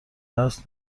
است